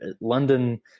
London